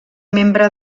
membre